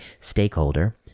stakeholder